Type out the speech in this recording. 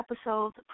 episodes